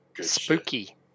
Spooky